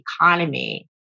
economy